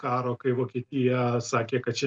karo kai vokietija sakė kad čia